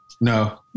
No